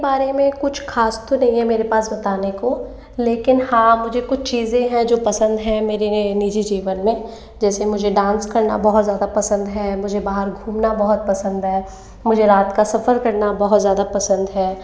अपने बारे में कुछ खास तो नही है मेरे पास बताने को लेकिन हाँ मुझे कुछ चीज़ें है जो पसंद है मेरे निज़ी जीवन मे जैसे मुझे डांस करना बहुत ज्यादा पसंद है मुझे बाहर घूमना बहुत पसंद है मुझे रात का सफर करना बहुत ज़्यादा पसंद है